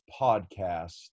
podcast